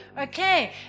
Okay